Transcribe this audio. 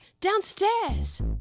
downstairs